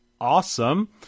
awesome